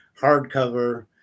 hardcover